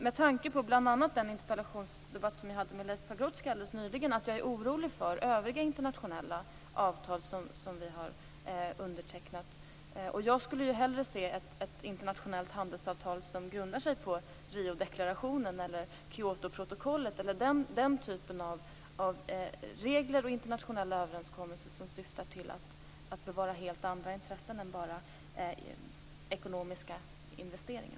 Med tanke på bl.a. den interpellationsdebatt som jag nyligen hade med Leif Pagrotsky är jag orolig för övriga internationella avtal som vi har undertecknat. Jag skulle hellre se ett internationellt handelsavtal som grundar sig på Riodeklarationen eller Kyotoprotokollet, eller den typen av regler och internationella överenskommelser som syftar till att bevara helt andra intressen än bara ekonomiska investeringar.